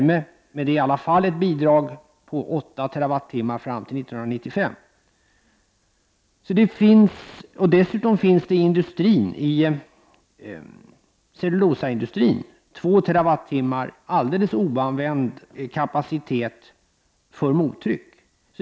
Men det är i alla fall ett bidrag på 8 TWh fram till 1995. Dessutom finns det inom cellulosaindustrin 2 TWh alldeles oanvänd kapacitet för mottryck.